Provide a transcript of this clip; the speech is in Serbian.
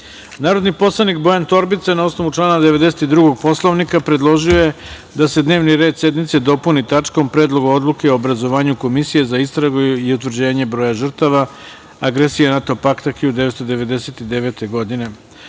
poslanik Bojan Torbica, na osnovu člana 92. Poslovnika Narodne skupštine, predložio je da se dnevni red sednice dopuni tačkom - Predlog odluke o obrazovanju Komisije za istragu i utvrđenje broja žrtava agresije NATO pakta 1999. godine,